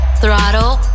throttle